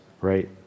right